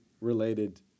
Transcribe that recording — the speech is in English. related